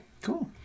Cool